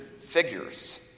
figures